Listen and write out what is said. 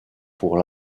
pour